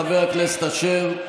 חבר הכנסת אשר.